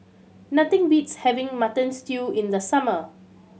nothing beats having Mutton Stew in the summer